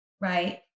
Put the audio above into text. right